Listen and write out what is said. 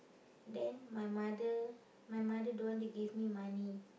then my mother my mother don't want to give me money